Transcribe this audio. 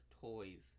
toys